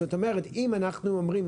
זאת אומרת: אם אנחנו אומרים,